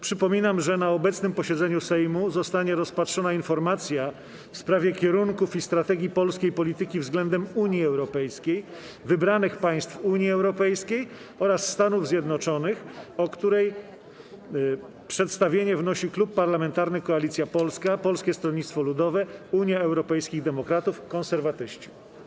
Przypominam, że na obecnym posiedzeniu Sejmu zostanie rozpatrzona informacja w sprawie kierunków i strategii polskiej polityki względem Unii Europejskiej, wybranych państw Unii Europejskiej oraz Stanów Zjednoczonych, o której przedstawienie wnosi Klub Parlamentarny Koalicja Polska - Polskie Stronnictwo Ludowe, Unia Europejskich Demokratów, Konserwatyści.